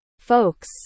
folks